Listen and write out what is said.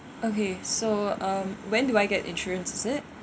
okay so um when do I get insurance is it